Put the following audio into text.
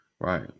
Right